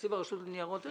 תקציב הרשות לניירות ערך,